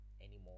anymore